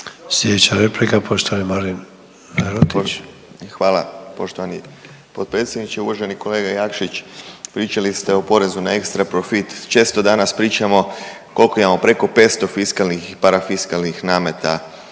Lerotić. **Lerotić, Marin (IDS)** Hvala poštovani potpredsjedniče. Uvaženi kolega Jakšić, pričali ste o porezu na ekstra profit, često danas pričamo koliko imamo preko 500 fiskalnih i parafiskalnih nameta